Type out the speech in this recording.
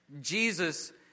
Jesus